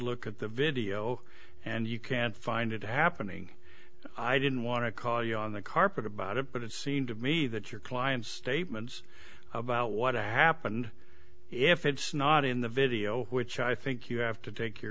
look at the video and you can't find it happening i didn't want to call you on the carpet about it but it seemed to me that your client statements about what happened if it's not in the video which i think you have to take your